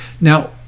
now